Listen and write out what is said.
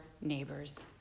neighbor's